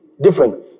different